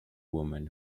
woman